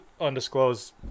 undisclosed